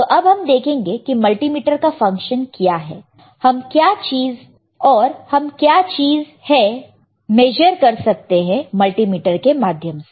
तो अब हम देखेंगे कि मल्टीमीटर का फंक्शन क्या है और हम क्या चीज है मल्टीमीटर के माध्यम से